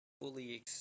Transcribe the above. fully